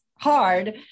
hard